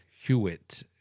Hewitt